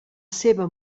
seva